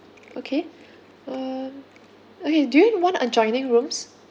okay um okay do you want adjoining rooms